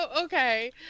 okay